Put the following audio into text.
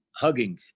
hugging